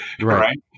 Right